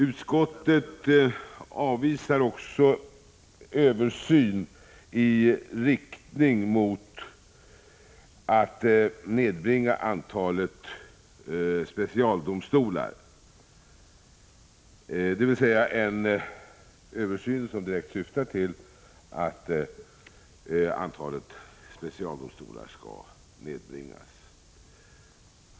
Utskottet avvisar också en översyn som syftar till att antalet specialdomstolar skall nedbringas.